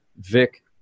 Vic